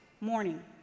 morning